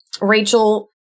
Rachel